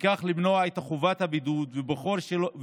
וכך למנוע את חובת הבידוד ובוחר